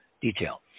detail